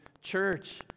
church